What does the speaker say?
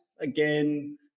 Again